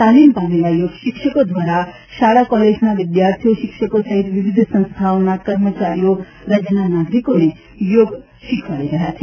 તાલીમ પામેલા યોગ શિક્ષકો દ્વારા શાળા કોલેજના વિદ્યાર્થીઓ શિક્ષકો સહિત વિવિધ સંસ્થાઓના કર્મચારીઓ રાજ્યના નાગરિકોને યોગ શીખવાડવામાં આવી રહ્યો છે